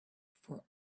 for